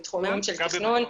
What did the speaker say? מתחומים של תכנון,